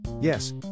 Yes